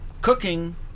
cooking